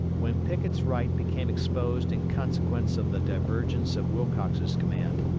when pickett's right became exposed in consequence of the divergence of wilcox's command,